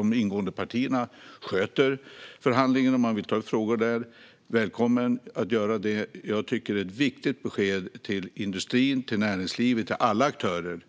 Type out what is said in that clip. De ingående partierna sköter förhandlingen om man vill ta upp frågor där. Välkommen att göra det! Jag tycker att det är ett viktigt besked till industrin, näringslivet och alla aktörer